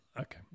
Okay